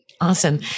Awesome